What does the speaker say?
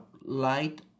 light